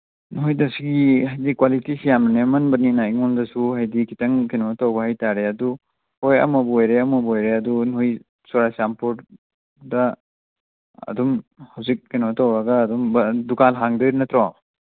ꯅꯣꯏꯗ ꯁꯤꯒꯤ ꯍꯥꯏꯗꯤ ꯀ꯭ꯋꯥꯂꯤꯇꯤꯁꯤ ꯌꯥꯝ ꯅꯦꯝꯃꯟꯕꯅꯤꯅ ꯑꯩꯉꯣꯟꯗꯁꯨ ꯍꯥꯏꯗꯤ ꯈꯤꯇꯪ ꯀꯩꯅꯣ ꯇꯧꯕ ꯍꯥꯏ ꯇꯥꯔꯦ ꯑꯗꯨ ꯍꯣꯏ ꯑꯃꯕꯨ ꯑꯣꯏꯔꯦ ꯑꯃꯕꯨ ꯑꯣꯏꯔꯦ ꯅꯣꯏ ꯆꯨꯔꯆꯥꯟꯄꯨꯔꯗ ꯑꯗꯨꯝ ꯍꯧꯖꯤꯛ ꯀꯩꯅꯣ ꯇꯧꯔꯒ ꯑꯗꯨꯝ ꯗꯨꯀꯥꯟ ꯍꯥꯡꯗꯣꯏ ꯅꯠꯇ꯭ꯔꯣ